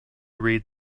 read